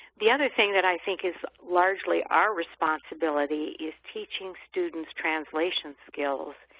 the other thing that i think is largely our responsibility is teaching students translation skills,